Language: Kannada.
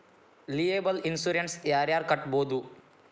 ಲಿಯೆಬಲ್ ಇನ್ಸುರೆನ್ಸ ಯಾರ್ ಯಾರ್ ಕಟ್ಬೊದು